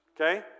Okay